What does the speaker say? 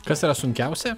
kas yra sunkiausia